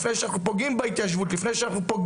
לפני שאנחנו פוגעים בהתיישבות ובציונות,